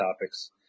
topics